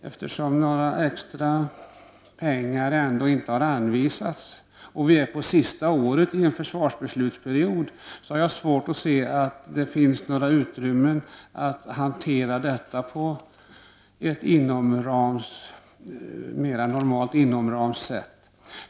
Eftersom några extra pengar inte har anvisats och vi är inne på sista året i en försvarsbeslutsperiod, har jag svårt att se att det finns något utrymme för att hantera detta inom mer normala ramar.